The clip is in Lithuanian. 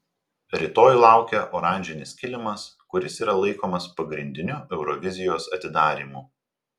rytoj laukia oranžinis kilimas kuris yra laikomas pagrindiniu eurovizijos atidarymu